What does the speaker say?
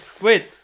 Wait